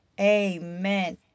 amen